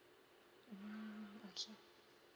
mm okay